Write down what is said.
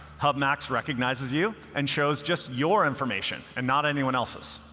hub max recognizes you and shows just your information and not anyone else's.